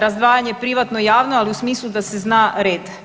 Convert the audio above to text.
Razdvajanje privatno i javno, ali u smislu da se zna red.